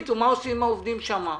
תחליטו מה עושים עם העובדים שם.